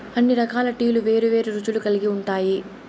అన్ని రకాల టీలు వేరు వేరు రుచులు కల్గి ఉంటాయి